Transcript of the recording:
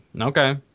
okay